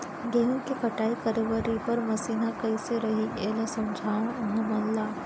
गेहूँ के कटाई करे बर रीपर मशीन ह कइसे रही, एला समझाओ हमन ल?